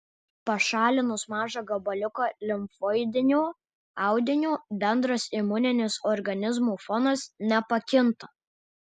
pašalinus mažą gabaliuką limfoidinio audinio bendras imuninis organizmo fonas nepakinta